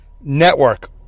Network